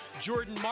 Jordan